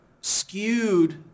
skewed